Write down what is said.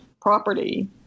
property